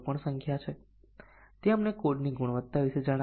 એકની સરખામણીમાં અહીં A એ 1 છે અને BC એ 1 છે